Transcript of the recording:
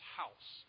house